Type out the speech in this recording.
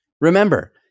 Remember